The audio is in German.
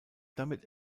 damit